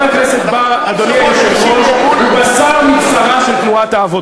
7,000 ישראלים חיים